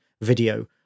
video